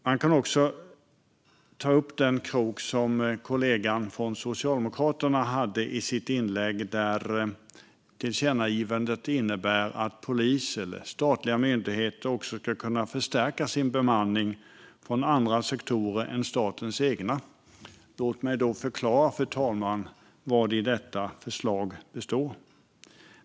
Jag kan också haka i den krok som kollegan från Socialdemokraterna lade ut i sitt inlägg gällande att tillkännagivandet innebär att polis eller statliga myndigheter också ska kunna förstärka sin bemanning med folk från andra sektorer än statens egna. Låt mig förklara vad förslaget handlar om, fru talman.